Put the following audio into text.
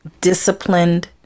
disciplined